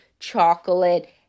chocolate